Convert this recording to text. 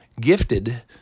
gifted